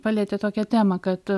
palietėt tokią temą kad